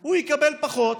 הוא יקבל פחות